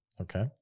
Okay